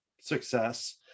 success